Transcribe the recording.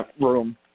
room